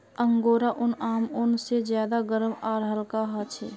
angora ऊन आम ऊन से ज्यादा गर्म आर हल्का ह छे